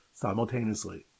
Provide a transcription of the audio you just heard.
simultaneously